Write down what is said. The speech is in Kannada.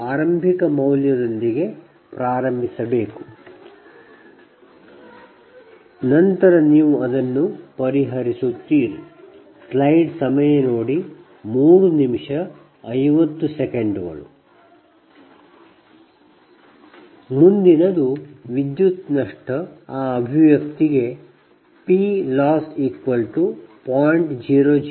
ಪ್ರಾರಂಭಿಸಬೇಕು ಮೌಲ್ಯದೊಂದಿಗೆ ಆರಂಭಿಕ ಕೆಲವು ನೀವು ಈಗ PLoss0